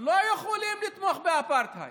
לא יכולים לתמוך באפרטהייד,